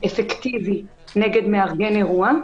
אפקטיבי נגד מארגן אירוע,